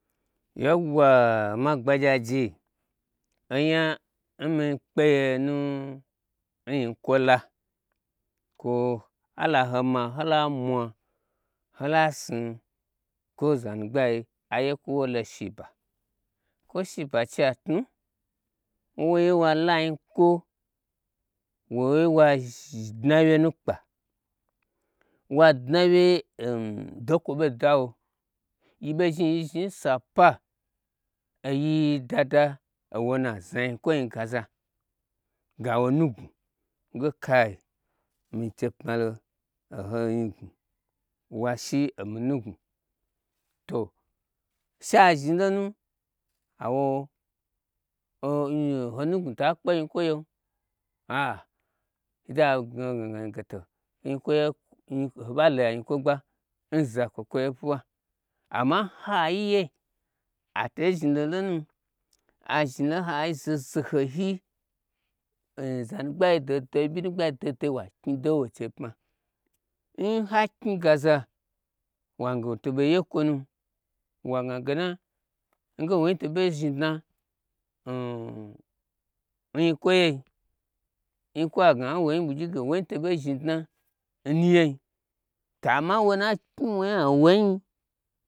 Yauwa omagbagyiaje onya n mi kpe ye nu nyi kwo la kwo ala ho ma hola mwa holasnu kwo zanu gbai aye kwu holo shi ba, kwo shi ba cha tnu nwo ye wala nyi kwo woye wa ɗna wye nu kpa, wadnawuje dokwo ɓo dawo yi bei zhni yi zhni n sapa eyi dada owonu'a znanyi kwo nyi gaza gawo nugnwu nge kai mi chei pmalo oho nyi gnwu washi omi nugnwo to sha zhni lonu hawo oho nugnwu ta kpe nyi kwo yem a'a, ndai agnaho gnagna nu ge to ho ɓalo anyi kwo gba n zakwo kwoye fwuwa, amma n hayiye atei zhnilo lonum azhnilo nihayi zoho zohoyi n zanugbayi doho doho ɓyi nugbai doho doho wa kuyi do woi chei pma, n ha kuyi gara wagna ge wuto ɓo ye kwo num, wagnage na nge woin to ɓei zhni dnam n nyi kwo yei yi kwo'a gna nwoin ɓwugyi woin toɓo zhni dna n nuyei to amma nwonu na kuyi wo nya n woin.